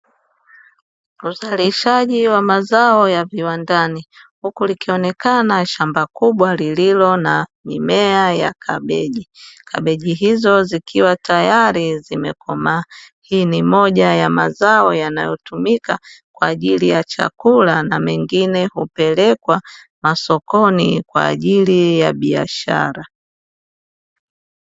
Wazalishaji wa mazao ya viwandani, huku likionekana shamba kubwa lililo na mimea ya kabichi, kabichi hizo zikiwa tayari zimekomaa. Hii ni moja ya mazao yanayotumika kwa ajili ya chakula, na mengine hupelekwa masokoni kwa ajili ya biashara.